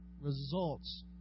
results